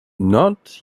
not